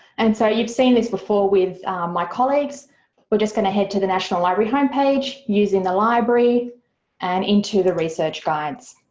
and so you've seen this before with my colleagues we're just going to head to the national library homepage using the library and into the research guides.